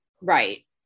Right